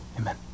Amen